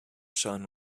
son